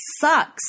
sucks